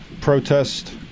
protest